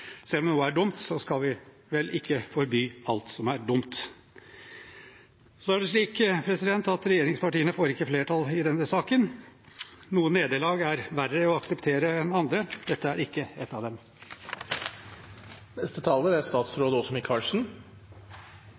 Selv om noe er dumt, skal vi vel ikke forby alt som er dumt. Regjeringspartiene får ikke flertall i denne saken. Noen nederlag er verre å akseptere enn andre. Dette er ikke ett av dem. Det er